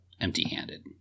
empty-handed